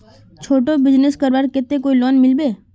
छोटो बिजनेस करवार केते कोई लोन मिलबे?